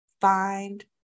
find